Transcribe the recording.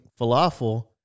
falafel